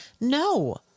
No